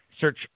Search